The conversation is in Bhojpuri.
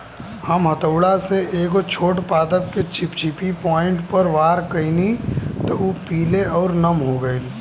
हम हथौड़ा से एगो छोट पादप के चिपचिपी पॉइंट पर वार कैनी त उ पीले आउर नम हो गईल